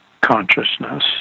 consciousness